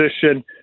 position –